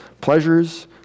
pleasures